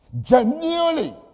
genuinely